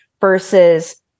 versus